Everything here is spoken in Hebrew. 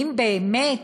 האם באמת